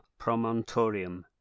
promontorium